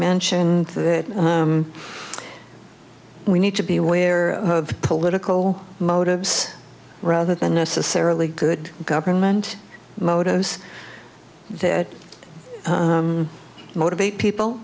mentioned that we need to be aware of political motives rather than necessarily good government motives that motivate people